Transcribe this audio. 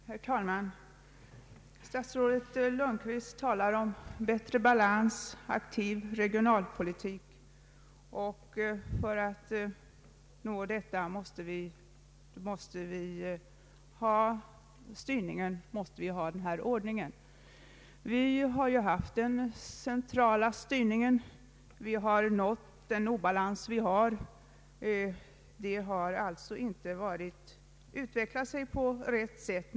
Herr talman! Statsrådet Lundkvist talar om att vi måste ha den här ordningen för att få bättre regional balans och en aktiv regionalpolitik. Vi har ju haft den centrala styrningen, och vi har nått den obalans vi har. Det system vi haft har alltså inte utvecklat sig på rätt sätt.